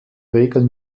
regel